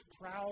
proud